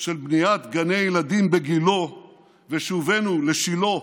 של בניית גני ילדים בגילה ושובנו לשילה,